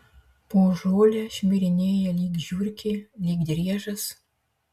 po žolę šmirinėja lyg žiurkė lyg driežas